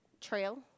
Trail